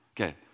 Okay